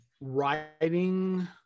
writing